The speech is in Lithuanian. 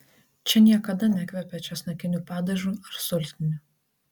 čia niekada nekvepia česnakiniu padažu ar sultiniu